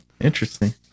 interesting